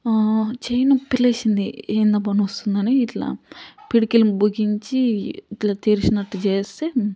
చెయ్యి నొప్పి లేచింది ఏందబ్బా నొస్తుంది అని ఇట్లా పిడికిలి బిగించి ఇట్లా తెరిచినట్టు చేస్తే